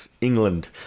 england